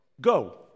go